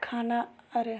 खाना अरे